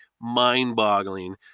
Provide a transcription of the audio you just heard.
mind-boggling